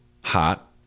hot